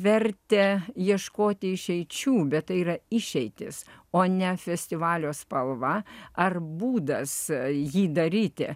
vertė ieškoti išeičių bet tai yra išeitys o ne festivalio spalva ar būdas jį daryti